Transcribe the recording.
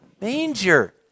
manger